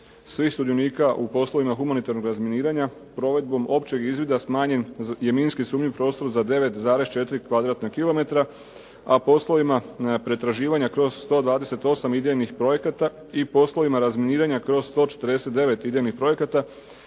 svih sudionika u poslovima humanitarnog razminiranja, provedbom općeg izvida smanjen je minski sumnjiv prostor za 9,4 km2, a poslovima pretraživanja kroz 128 idejnih projekata i poslovima razminiranja kroz 149 idejnih projekata